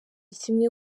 kimwe